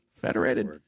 Federated